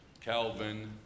Calvin